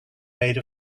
made